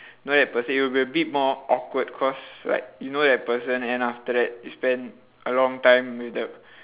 know that person you will be a bit more awkward cause like you know that person then after that you spend a long time with the